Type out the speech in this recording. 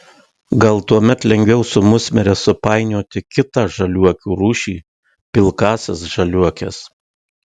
gal tuomet lengviau su musmire supainioti kitą žaliuokių rūšį pilkąsias žaliuokes